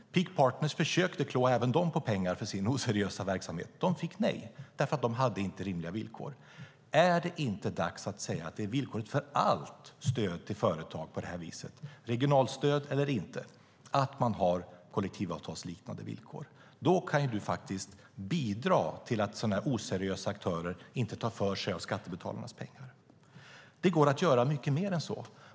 Peak Partners försökte klå även dem på pengar för sin oseriösa verksamhet. De fick nej, eftersom de inte hade rimliga villkor. Är det inte dags att säga att villkoret för allt stöd till företag på det här viset, regionalstöd eller inte, är att man har kollektivavtalsliknande villkor? Då kan du faktiskt bidra till att sådana här oseriösa aktörer inte tar för sig av skattebetalarnas pengar. Det går att göra mycket mer än så.